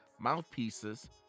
mouthpieces